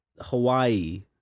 Hawaii